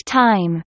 time